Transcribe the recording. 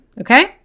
Okay